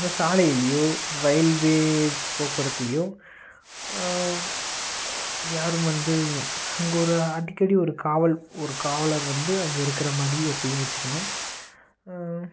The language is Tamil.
இந்த சாலையிலேயோ ரயில்வே போக்குவரத்துலேயோ யாரும் வந்து அங்கே ஒரு அடிக்கடி ஒரு காவல் ஒரு காவலாளர் வந்து அங்கே இருக்கிற மாதிரி எப்போயும் வச்சுக்கணும்